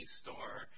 store